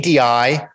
ADI